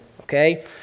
okay